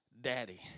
daddy